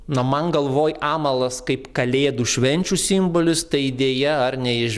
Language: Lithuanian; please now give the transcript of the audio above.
na man galvoj amalas kaip kalėdų švenčių simbolis ta idėja ar ne iš